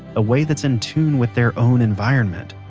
a way that's in tune with their own environment,